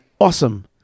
awesome